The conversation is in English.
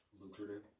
Lucrative